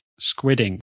squidding